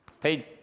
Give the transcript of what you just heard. paid